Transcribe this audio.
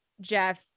Jeff